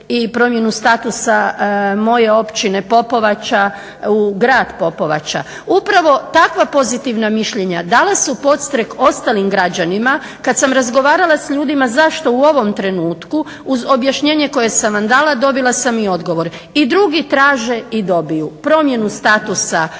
i promjena statusa moje općine Popovača u grad Popovača. Upravo takva pozitivna mišljenja danas su podstrijek ostalim građanima kad sam razgovarala s ljudima zašto u ovom trenutku uz objašnjenje koje sam vam dala dobila sam i odgovor. I drugi traže i dobiju promjenu statusa